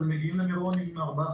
אז הם מגיעים למירון עם ארבעה,